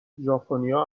ژاپنیا